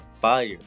fire